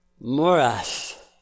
morass